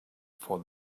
for